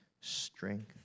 strength